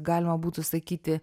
galima būtų sakyti